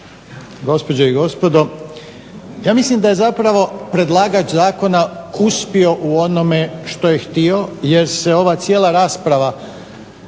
gospođe i gospodo. Ja mislim da je zapravo predlagač zakona uspio u onome što je htio jer se ova cijela rasprava